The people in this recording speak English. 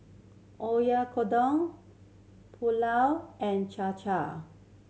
Oyakodon Pulao and